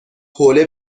حوله